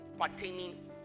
pertaining